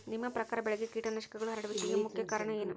ನಿಮ್ಮ ಪ್ರಕಾರ ಬೆಳೆಗೆ ಕೇಟನಾಶಕಗಳು ಹರಡುವಿಕೆಗೆ ಮುಖ್ಯ ಕಾರಣ ಏನು?